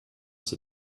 sie